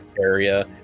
area